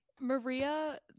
Maria